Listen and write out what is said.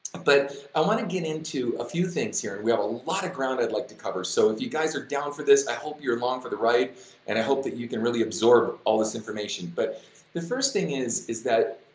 but i wanna get into a few things here, we have a lot of ground i'd like to cover, so if you guys are down for this, i hope you're along for the ride and i hope that you can really absorb all this information, but the first thing is is that,